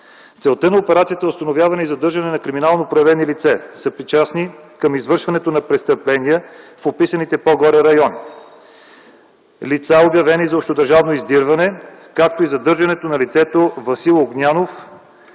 Целта на операцията е установяване и задържане на криминално проявени лица, съпричастни към извършването на престъпления в описаните по-горе райони, лица, обявени за общодържавно издирване, както и задържането на лицето Васил Огнянов